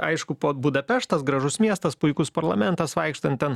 aišku po budapeštas gražus miestas puikus parlamentas vaikštant ten